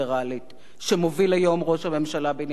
שמוביל היום ראש הממשלה בנימין נתניהו,